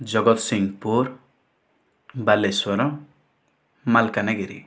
Jagatsinghpur Baleswar Malkangiri